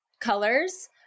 colors